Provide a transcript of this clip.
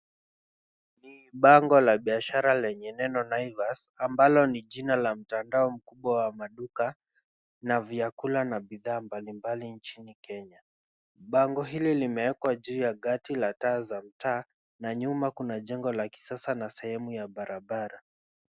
Bango la biashara lenye neno Naivas ambalo ni jina la mtandao mkubwa wa maduka na vyakula na bidhaa mbalimbali nchini Kenya. Bango hili limewekwa juu ya gati la taa za mtaa na nyuma kuna jengo la kisasa na sehemu ya barabara.